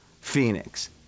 Phoenix